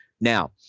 Now